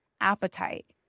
appetite